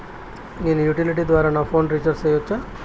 నేను యుటిలిటీ ద్వారా నా ఫోను రీచార్జి సేయొచ్చా?